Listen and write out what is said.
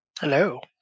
Hello